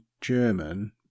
German